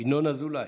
ינון אזולאי,